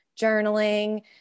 journaling